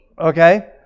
Okay